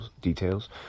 details